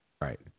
Right